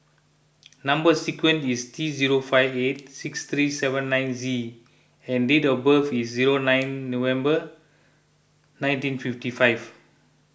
Number Sequence is T zero five eight six three seven nine Z and date of birth is zero nine November nineteen fifty five